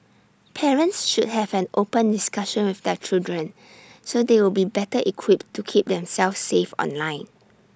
parents should have an open discussion with their children so they will be better equipped to keep themselves safe online